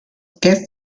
guest